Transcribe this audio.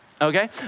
okay